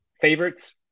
favorites